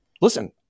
listen